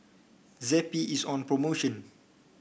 Zappy is on promotion